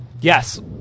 Yes